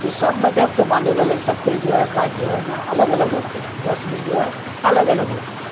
تو سب مذہب کے ماننے والے سب کے جو ہے کاج جو ہے نا الگ الگ ہوتے ہیں رسم جو ہے الگ الگ ہوتی ہے